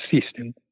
system